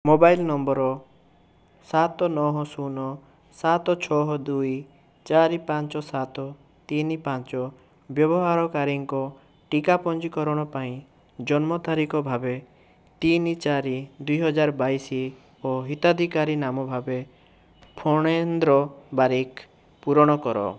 mobile number ସାତ ନଅ ଶୂନ ସାତ ଛଅ ଦୁଇ ଚାରି ପାଞ୍ଚ ସାତ ତିନି ପାଞ୍ଚ ବ୍ୟବହାରକାରୀଙ୍କ ଟୀକା ପଞ୍ଜୀକରଣ ପାଇଁ ଜନ୍ମ ତାରିଖ ଭାବେ ତିନି ଚାରି ଦୁଇ ହଜାର ବାଇଶି ଓ ହିତାଧିକାରୀ ନାମ ଭାବେ ଫଣେନ୍ଦ୍ର ବାରିକ୍ ପୂରଣ କର